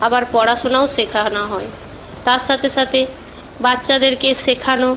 আবার পড়াশোনাও শেখানো হয় তার সাথে সাথে বাচ্চাদেরকে শেখানো